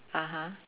(uh huh)